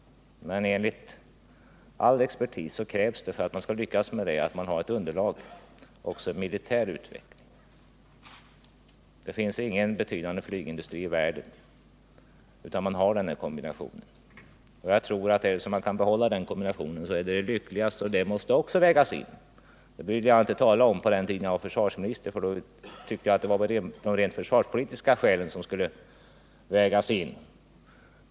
Men enligt all expertis krävs för att man skall lyckas med det att man har som underlag också militär utveckling. Det finns ingen betydande flygindustri i världen som inte har denna kombination. Kan man behålla den kombinationen är det lyckligast, och det måste också vägas in. Det ville jag inte tala om på den tiden då jag var försvarsminister, för då tyckte jag att det var de rent försvarspolitiska skälen som skulle vägas in.